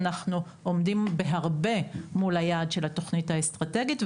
אנחנו עומדים בהרבה מול היעד של התוכנית האסטרטגית,